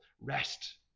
Rest